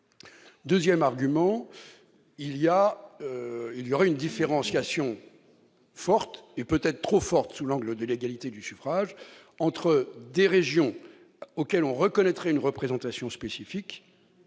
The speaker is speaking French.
Deuxièmement, il y aurait une différenciation forte, et sans doute trop forte du point de vue de l'égalité du suffrage, entre des régions auxquelles l'on reconnaîtrait une représentation spécifique-